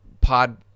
pod